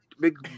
big